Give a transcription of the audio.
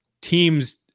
team's